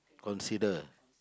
consider